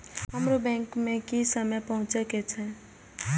हमरो बैंक में की समय पहुँचे के छै?